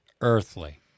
earthly